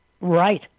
Right